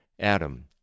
Adam